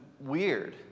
weird